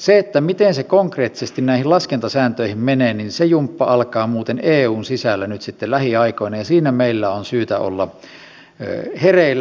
se jumppa miten se konkreettisesti näihin laskentasääntöihin menee alkaa muuten eun sisällä nyt sitten lähiaikoina ja siinä meidän on syytä olla hereillä